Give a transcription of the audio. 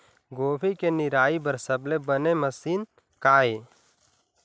गोभी के निराई बर सबले बने मशीन का ये?